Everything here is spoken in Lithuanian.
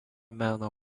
meno